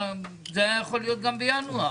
זה היה יכול להיות גם בינואר.